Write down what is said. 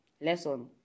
Lesson